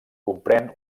comprèn